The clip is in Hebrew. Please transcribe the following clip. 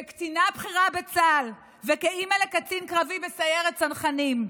כקצינה בכירה בצה"ל וכאימא לקצין קרבי בסיירת צנחנים,